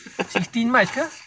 sixteen march ke